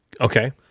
okay